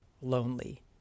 lonely